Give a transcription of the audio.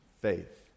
faith